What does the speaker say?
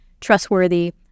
trustworthy